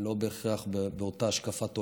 לא בהכרח מאותה השקפת עולם,